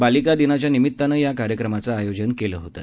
बालिका दिनाच्या निमित्तानं या कार्यक्रमाचं आयोजन केलं होतं